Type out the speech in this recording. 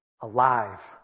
alive